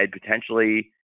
potentially